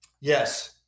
yes